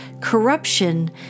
corruption